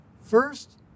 First